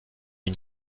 une